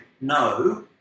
no